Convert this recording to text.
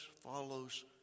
follows